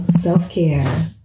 self-care